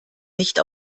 nicht